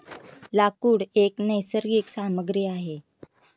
लाकूड एक नैसर्गिक सामग्री आहे